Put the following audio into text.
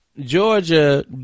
Georgia